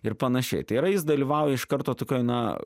ir panašiai tai yra jis dalyvauja iš karto tokioj na